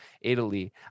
italy